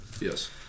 Yes